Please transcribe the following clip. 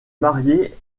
marié